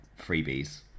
freebies